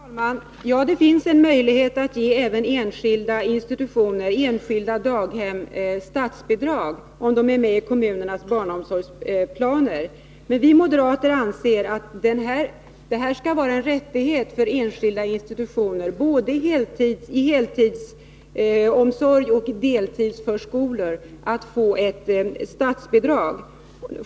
Herr talman! Ja, det finns en möjlighet att ge även enskilda daghem statsbidrag, om de är med i kommunernas barnomsorgsplaner. Men vi moderater anser att detta skall vara en rättighet för enskilda institutioner, både för heltidsomsorg och deltidsförskolor, att få ett statsbidrag.